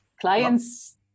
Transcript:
clients